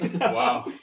Wow